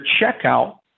checkout